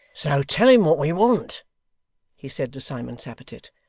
so, tell him what we want he said to simon tappertit,